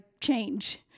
change